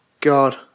God